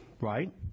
right